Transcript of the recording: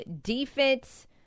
defense